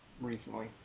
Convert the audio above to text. recently